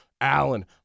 Allen